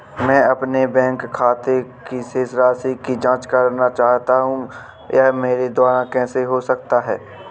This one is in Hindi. मैं अपने बैंक खाते की शेष राशि की जाँच करना चाहता हूँ यह मेरे द्वारा कैसे हो सकता है?